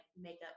makeup